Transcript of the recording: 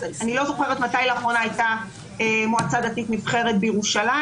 אני לא זוכרת מתי לאחרונה הייתה מועצה דתית נבחרת בירושלים.